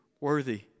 worthy